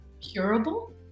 curable